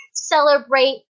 celebrate